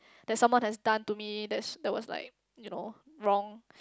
that someone has done to me that's that was like you know wrong